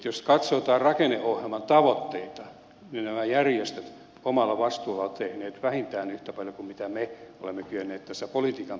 jos katsotaan rakenneohjelman tavoitteita niin nämä järjestöt omalla vastuullaan ovat tehneet vähintään yhtä paljon kuin mitä me olemme kyenneet tässä politiikan pöydässä tekemään